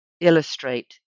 illustrate